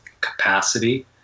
capacity